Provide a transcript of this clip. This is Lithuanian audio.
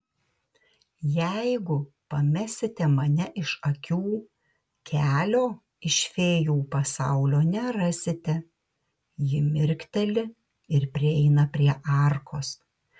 jeigu pamesite mane iš akių kelio iš fėjų pasaulio nerasite ji mirkteli ir prieina prie arkos